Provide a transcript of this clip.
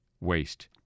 waste